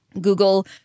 Google